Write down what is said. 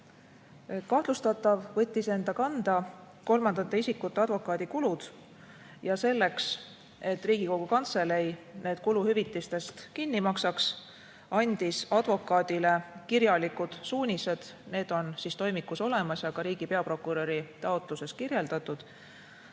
Kahtlustatav võttis enda kanda kolmandate isikute advokaadikulud ja selleks, et Riigikogu Kantselei need kuluhüvitistest kinni maksaks, andis advokaadile kirjalikud suunised – need on toimikus olemas ja ka riigi peaprokuröri taotluses kirjeldatud